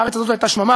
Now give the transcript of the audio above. הארץ הזאת הייתה שממה.